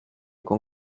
con